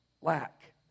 lack